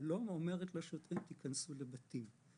היא לא אומרת לשוטרים להיכנס לבתים.